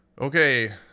Okay